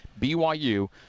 BYU